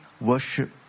worship